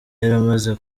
yaramaze